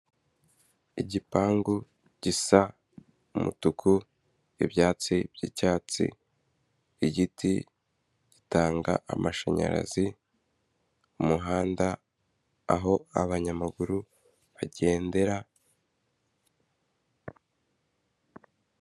Igipangu gisa umutuku, ibyatsi by'icyatsi, igiti gitanga amashanyarazi, umuhanda aho abanyamaguru bagendera.